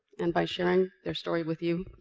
and by sharing their story with you,